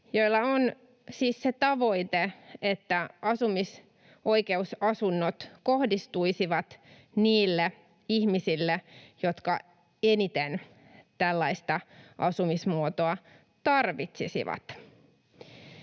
siis se tavoite, että asumisoikeusasunnot kohdistuisivat niille ihmisille, jotka eniten tällaista asumismuotoa tarvitsisivat.